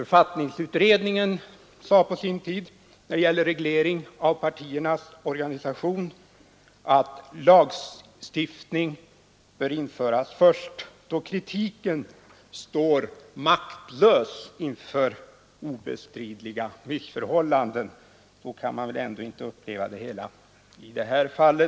Författningsutredningen sade på sin tid när det gällde reglering av partiernas organisation, att lagstiftning bör införas först då kritiken står maktlös inför obestridliga missförhållanden. Så kan man väl ändå inte uppleva det i detta fall.